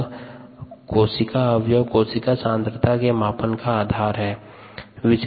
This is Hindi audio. यहाँ कोशिका अवयव कोशिका सांद्रता के मापन का आधार है